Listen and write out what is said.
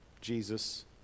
Jesus